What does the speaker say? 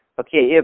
okay